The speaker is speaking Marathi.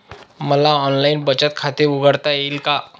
मला ऑनलाइन बचत खाते उघडता येईल का?